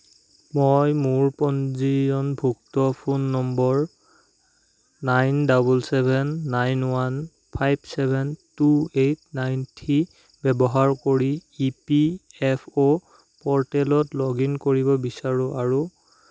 মই মোৰ পঞ্জীয়নভুক্ত phone number nine double seven nine one five seven two eight nine three ব্যৱহাৰ কৰি ই পি এফ অ' প'ৰ্টেলত লগ ইন কৰিব বিচাৰোঁ আৰু